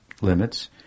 limits